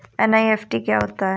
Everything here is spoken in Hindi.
एन.ई.एफ.टी क्या होता है?